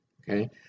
Okay